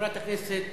חברת הכנסת